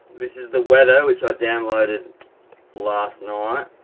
this is the weather, which i've downloaded last night.